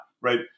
right